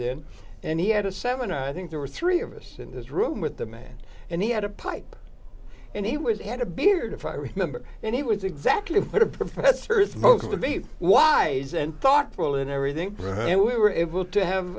there and he had a seven i think there were three of us in this room with the man and he had a pipe and he was had a beard if i remember and he was exactly what a professor smoking would be wise and thoughtful in everything and we were able to have